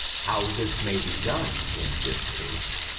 how this may be done in this case,